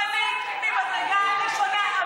את חוצפנית ממדרגה ראשונה.